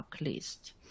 list